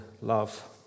love